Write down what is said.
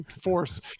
force